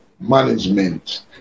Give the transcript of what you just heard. management